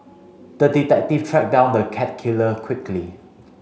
the detective tracked down the cat killer quickly